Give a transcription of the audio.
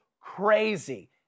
crazy